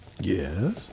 Yes